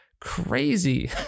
crazy